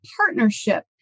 partnership